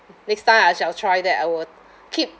next time I shall try that I would keep